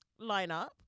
lineup